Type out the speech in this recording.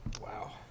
Wow